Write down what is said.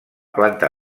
planta